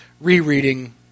rereading